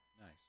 nice